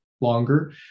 longer